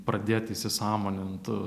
pradėti įsisąmonint